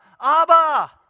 Abba